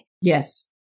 Yes